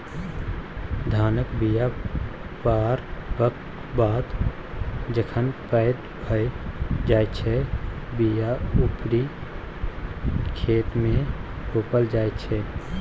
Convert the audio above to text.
धानक बीया पारबक बाद जखन पैघ भए जाइ छै बीया उपारि खेतमे रोपल जाइ छै